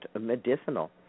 medicinal